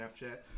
Snapchat